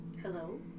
hello